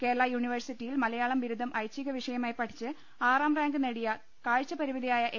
കേരളാ യൂണിവേഴ്സിറ്റിയിൽ മലയാളം ബിരുദം ഐച്ഛികവിഷ യമായി പഠിച്ച് ആറാം റാങ്ക് നേടിയ കാഴ്ചപരിമിതയായ എ